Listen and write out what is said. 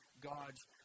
God's